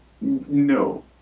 no